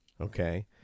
okay